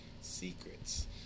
Secrets